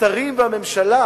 השרים והממשלה,